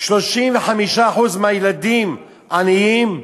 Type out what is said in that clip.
35% מהילדים עניים,